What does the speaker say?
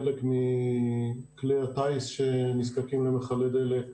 חלק מכלי הטיס שנזקקים למכלי דלק.